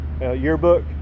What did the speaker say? yearbook